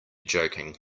joking